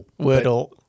Wordle